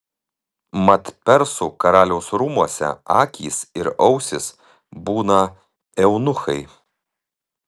mat persų karaliaus rūmuose akys ir ausys būna eunuchai